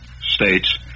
states